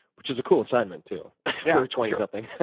which is a cool assignment, too, for a twenty something.